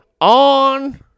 on